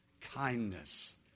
Kindness